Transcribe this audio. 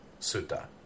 sutta